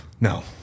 No